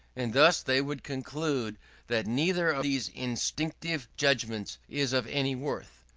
and thus they would conclude that neither of these instinctive judgments is of any worth.